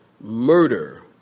murder